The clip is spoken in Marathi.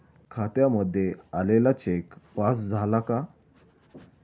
खात्यामध्ये आलेला चेक पास झाला का?